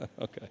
Okay